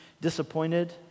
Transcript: disappointed